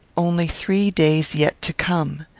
only three days yet to come!